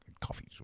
coffee